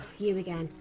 you again!